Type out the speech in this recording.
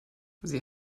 sie